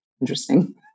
interesting